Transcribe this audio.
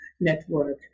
network